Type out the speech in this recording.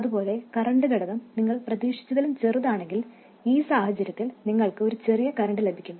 അതുപോലെ കറൻറ് ഘടകം നിങ്ങൾ പ്രതീക്ഷിച്ചതിലും ചെറുതാണെങ്കിൽ ഈ സാഹചര്യത്തിൽ നിങ്ങൾക്ക് ഒരു ചെറിയ കറന്റ് ലഭിക്കും